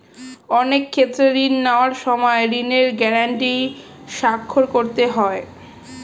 অনেক ক্ষেত্রে ঋণ নেওয়ার সময় ঋণের গ্যারান্টি স্বাক্ষর করতে হয়